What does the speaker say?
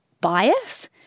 bias